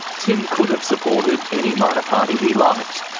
tim could have supported any minor party he liked,